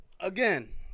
Again